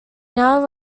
now